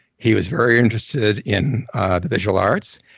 he was very interested in the visual arts,